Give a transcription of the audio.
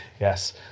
Yes